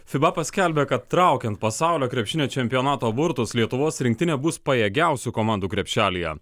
fiba paskelbė kad traukiant pasaulio krepšinio čempionato burtus lietuvos rinktinė bus pajėgiausių komandų krepšelyje